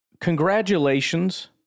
congratulations